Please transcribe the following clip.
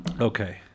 Okay